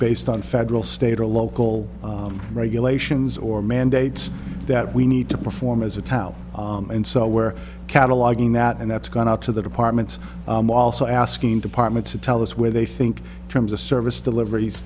based on federal state or local regulations or mandates that we need to perform as a town and so where cataloguing that and that's going out to the departments also asking departments to tell us where they think terms of service deliver